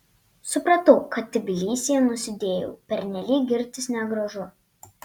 supratau kad tbilisyje nusidėjau pernelyg girtis negražu